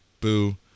boo